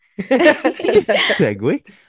Segue